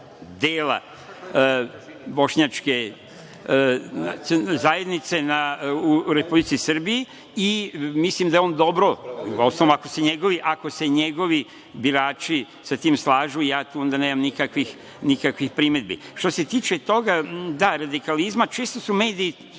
dela bošnjačke zajednice u Republici Srbiji i mislim da je on dobro, uostalom, ako se njegovi birači sa tim slažu, ja tu onda nemam nikakvih primedbi. Što se tiče toga, radikalizma, često mediji